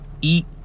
eat